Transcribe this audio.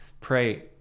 Pray